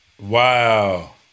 Wow